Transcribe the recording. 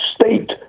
state